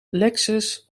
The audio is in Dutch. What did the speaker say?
lexus